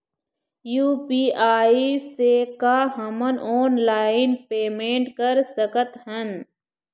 UPI से का हमन ऑनलाइन पेमेंट कर सकत हन?